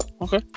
okay